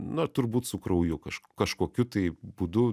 na turbūt su krauju kažk kažkokiu tai būdu